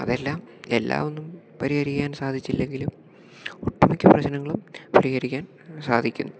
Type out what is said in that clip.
അതെല്ലാം എല്ലാവൊന്നും പരിഹരിക്കാൻ സാധിച്ചില്ലെങ്കിലും ഒട്ടുമിക്ക പ്രശ്നങ്ങളും പരിഹരിക്കാൻ സാധിക്കുമെന്ന്